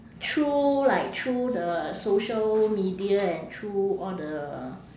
through like through the social media and through all the